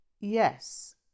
Yes